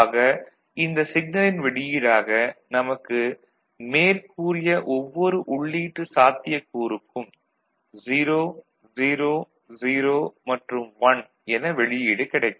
ஆக இந்த சிக்னலின் வெளியீடாக நமக்கு மேற்கூறிய ஒவ்வொரு உள்ளீட்டு சாத்தியக்கூறுக்கும் 0 0 0 மற்றும் 1 என வெளியீடு கிடைக்கும்